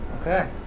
Okay